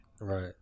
Right